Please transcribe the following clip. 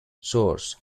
source